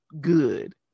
good